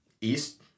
East